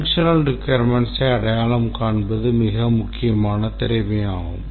செயல்பாட்டுத் தேவைகளை அடையாளம் காண்பது மிக முக்கியமான திறமையாகும்